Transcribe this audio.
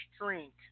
drink